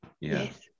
Yes